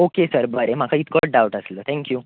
okay sir बरें म्हाका इतकोत डाव्ट आसलो थँक्यू